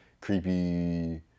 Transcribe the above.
creepy